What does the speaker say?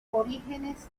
orígenes